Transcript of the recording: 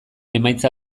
emaitza